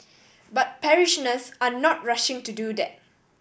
but parishioners are not rushing to do that